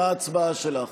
מה ההצבעה שלך?